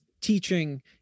teaching